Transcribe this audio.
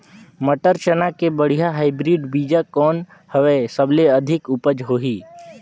मटर, चना के बढ़िया हाईब्रिड बीजा कौन हवय? सबले अधिक उपज होही?